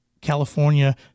California